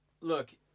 look